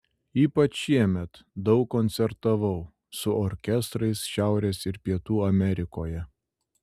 ypač šiemet daug koncertavau su orkestrais šiaurės ir pietų amerikoje